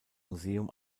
museum